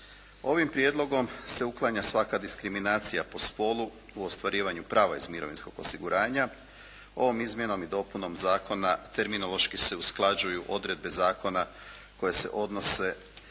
Ovim prijedlogom se uklanja svaka diskriminacija po spolu u ostvarivanju prava iz mirovinskog osiguranja. Ovom izmjenom i dopunom zakona terminološki se usklađuju odredbe zakona koje se odnose